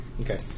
Okay